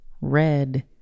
red